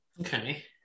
Okay